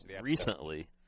recently